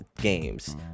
games